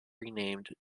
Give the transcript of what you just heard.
renamed